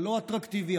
הלא-אטרקטיבי,